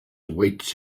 awaits